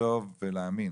לחשוב ולהאמין